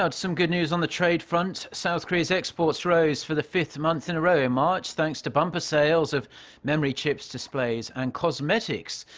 some good news on the trade front. south korea's exports rose for the fifth month in a row in march thanks to bumper sales of memory chips, displays and cosmetics.